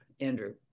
Andrew